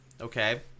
Okay